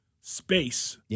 space